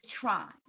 try